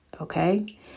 Okay